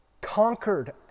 conquered